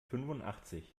fünfundachtzig